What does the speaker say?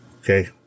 Okay